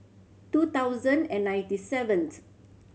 two thousand and ninety seventh